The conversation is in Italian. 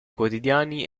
quotidiani